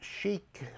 chic